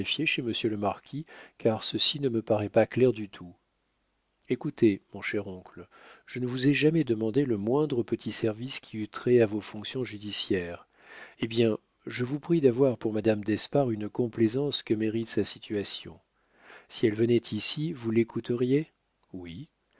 chez monsieur le marquis car ceci ne me paraît pas clair du tout écoutez mon cher oncle je ne vous ai jamais demandé le moindre petit service qui eût trait à vos fonctions judiciaires eh bien je vous prie d'avoir pour madame d'espard une complaisance que mérite sa situation si elle venait ici vous l'écouteriez oui